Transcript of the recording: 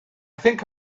think